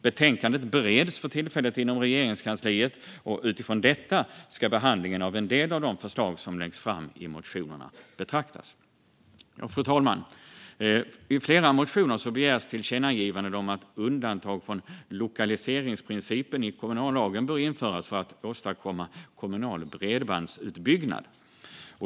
Betänkandet bereds för tillfället inom Regeringskansliet, och utifrån detta ska behandlingen av en del av de förslag som läggs fram i motionerna betraktas. Fru talman! I flera motioner begärs tillkännagivanden om att undantag från lokaliseringsprincipen i kommunallagen bör införas för att åstadkomma kommunal bredbandsutbyggnad.